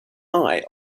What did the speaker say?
eye